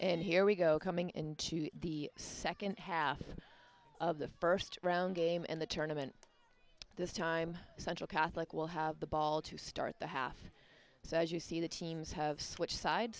and here we go coming into the second half of the first round game in the tournament this time central catholic will have the ball to start the half so as you see the teams have switched side